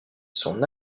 son